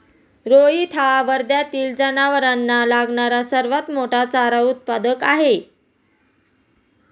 रोहित हा वर्ध्यातील जनावरांना लागणारा सर्वात मोठा चारा उत्पादक आहे